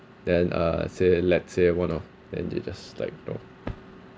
then uh say let's say one of then they just like no